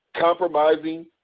compromising